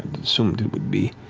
assumed it would be.